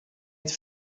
het